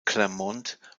claremont